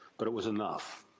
but it was enough.